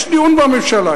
יש דיון בממשלה,